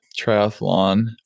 triathlon